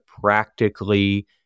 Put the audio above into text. practically